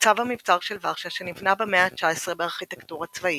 ניצב המבצר של ורשה שנבנה במאה ה-19 בארכיטקטורה צבאית.